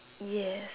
yes